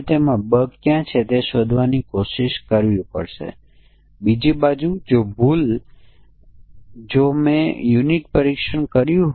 તેથીઅહીં 3 વર્ગ છે જટિલ સંયોગ અને અનન્ય છે